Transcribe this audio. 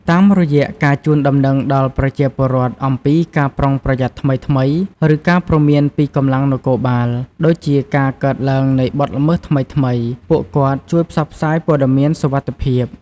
តាមរយៈការជូនដំណឹងដល់ប្រជាពលរដ្ឋអំពីការប្រុងប្រយ័ត្នថ្មីៗ ឬការព្រមានពីកម្លាំងនគរបាល ដូចជាការកើតឡើងនៃបទល្មើសថ្មីៗ ពួកគាត់ជួយផ្សព្វផ្សាយព័ត៌មានសុវត្ថិភាព។